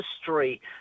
history